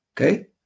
okay